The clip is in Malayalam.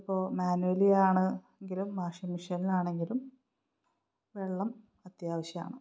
ഇപ്പോള് മാനുവലി ആണെങ്കിലും വാഷിംഗ് മെഷീനിലാണെങ്കിലും വെള്ളം അത്യാവശ്യമാണ്